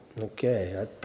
Okay